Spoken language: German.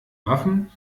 waffen